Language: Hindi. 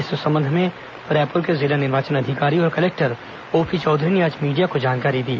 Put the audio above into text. इस संबंध में रायप्रर के जिला निर्वाचन अधिकारी और कलेक्टर ओपी चौधरी ने आज मीडिया को जानकारी दी